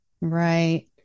Right